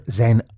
zijn